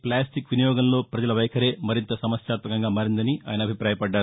plastic వినియోగంలో ప్రజల వైఖరే మరింత సమస్యాత్మకంగా మారిందని ఆయన అభిపాయపడ్డారు